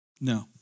No